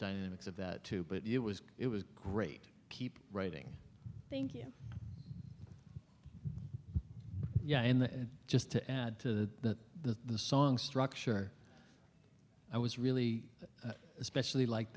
dynamics of that too but it was it was great keep writing thank you yeah and just to add to that the song structure i was really especially like